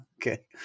Okay